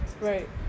Right